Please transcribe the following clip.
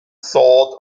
thought